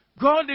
God